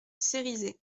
cerizay